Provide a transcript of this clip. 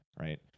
Right